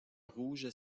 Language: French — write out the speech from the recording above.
rouge